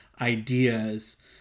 ideas